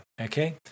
Okay